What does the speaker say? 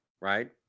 right